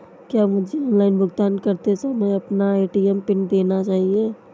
क्या मुझे ऑनलाइन भुगतान करते समय अपना ए.टी.एम पिन देना चाहिए?